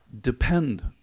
depend